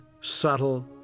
subtle